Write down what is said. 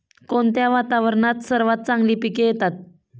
कोणत्या वातावरणात सर्वात चांगली पिके येतात?